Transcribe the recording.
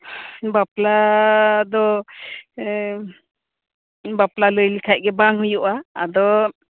ᱵᱟᱯᱞᱟ ᱫᱚ ᱵᱟᱯᱞᱟ ᱞᱟᱹᱭ ᱞᱮᱠᱷᱟᱡ ᱜᱮ ᱵᱟᱝ ᱦᱩᱭᱩᱜᱼᱟ ᱟᱫᱚ